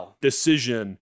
decision